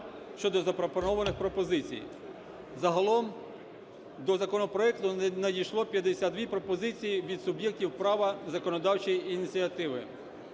щодо запропонованих пропозицій. Загалом до законопроекту надійшло 52 пропозиції від суб’єктів права законодавчої ініціативи,